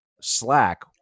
slack